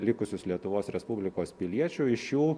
likusius lietuvos respublikos piliečių iš jų